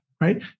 Right